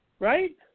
Right